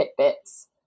tidbits